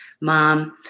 mom